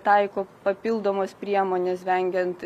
taiko papildomas priemones vengiant